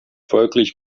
folglich